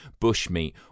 bushmeat